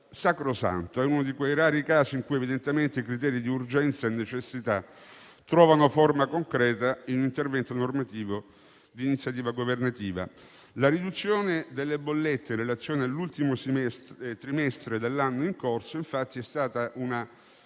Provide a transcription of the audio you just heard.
sacrosanto; è uno di quei rari casi in cui evidentemente i criteri di urgenza e necessità trovano forma concreta in un intervento normativo di iniziativa governativa. La riduzione del costo delle bollette in relazione all'ultimo trimestre dell'anno in corso è stato,